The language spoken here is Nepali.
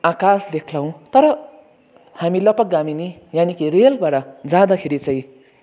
आकास देख्लौँ तर हामी लपक गामिनी यानि कि रेलबाट जाँदाखेरि चाहिँ